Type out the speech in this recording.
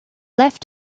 left